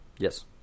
Yes